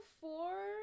four